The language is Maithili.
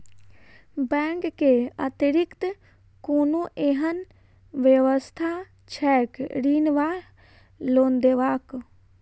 बैंक केँ अतिरिक्त कोनो एहन व्यवस्था छैक ऋण वा लोनदेवाक?